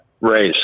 race